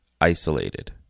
isolated